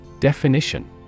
Definition